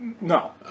no